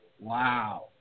Wow